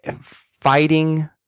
fighting